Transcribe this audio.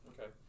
Okay